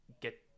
get